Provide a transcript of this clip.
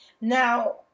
now